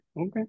Okay